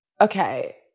okay